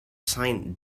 sign